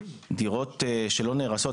דירות שלא נהרסות,